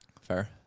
Fair